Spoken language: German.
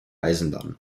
eisenbahn